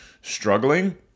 struggling